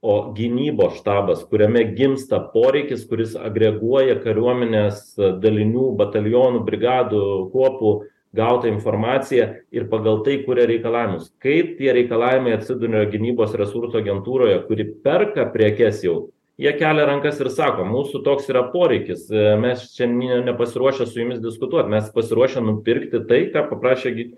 o gynybos štabas kuriame gimsta poreikis kuris agreguoja kariuomenės dalinių batalionų brigadų kuopų gautą informaciją ir pagal tai kuria reikalavimus kaip tie reikalavimai atsidumia gynybos resursų agentūroje kuri perka prekes jau jie kelia rankas ir sako mūsų toks yra poreikis e mes šian nie nepasiruošė su jumis diskutuot mes pasiruošę nupirkti tai ką paprašė gi